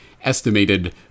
estimated